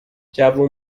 جوون